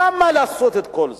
למה לעשות את כל זה?